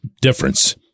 difference